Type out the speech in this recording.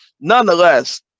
Nonetheless